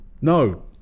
No